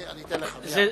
שאין לו בסיס,